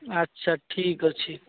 ଆଚ୍ଛା ଠିକ୍ ଅଛି